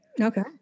Okay